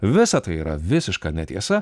visa tai yra visiška netiesa